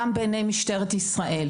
גם בעיני משטרת ישראל.